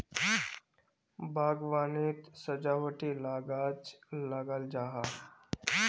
बाग्वानित सजावटी ला गाछ लगाल जाहा